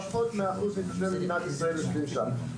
פחות מאחוז מתושבי מדינת ישראל יושבים שם.